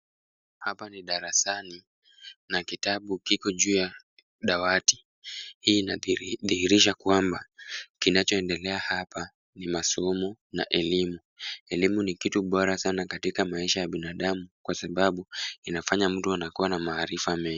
Hapa ni darasani na kitabu kiko juu ya dawati. Hii inadhihirisha kwamba kinachoendelea hapa ni masomo na elimu. Elimu ni kitu bora sana katika maisha ya binadamu kwa sababu inafanya mtu anakuwa na maarifa mengi.